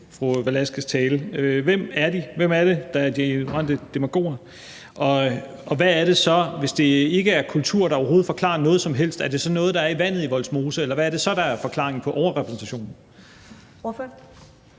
Hvem er det, der er de ignorante demagoger? Og hvis det ikke er kultur, der forklarer noget som helst, er det så noget, der er i vandet i Vollsmose, eller hvad er det så, der er forklaringen på overrepræsentationen?